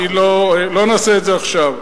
לא נעשה את זה עכשיו.